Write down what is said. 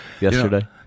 Yesterday